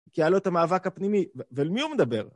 כי היה לו את המאבק הפנימי, ולמי הוא מדבר?